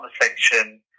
conversation